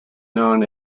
known